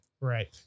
right